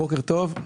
בוקר טוב.